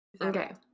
Okay